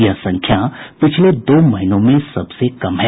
यह संख्या पिछले दो महीनों में सबसे कम है